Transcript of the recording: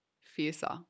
fiercer